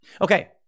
Okay